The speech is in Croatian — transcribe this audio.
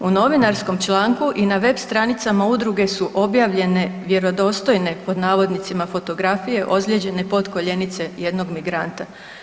U novinarskom članku i na web stranicama udruge su objavljene vjerodostojne pod navodnicima fotografije ozlijeđene potkoljenice jednog migranta.